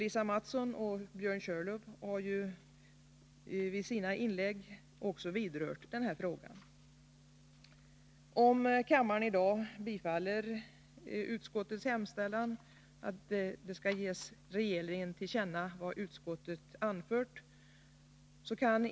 Lisa Mattson och Björn Körlof har i sina inlägg också berört den frågan. Om kammaren i dag bifaller utskottets hemställan ges regeringen till känna vad utskottet anfört.